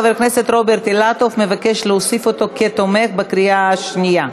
חבר הכנסת רוברט אילטוב מבקש להוסיף אותו כתומך בקריאה שנייה.